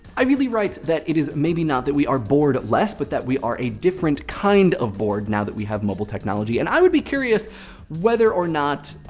ivy lee writes that it is maybe not that we are bored less but that we are a different kind of bored now that we have mobile technology. and i would be curious whether or not,